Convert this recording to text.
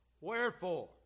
Wherefore